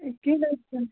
کیاہ نہ حظ چھُنہٕ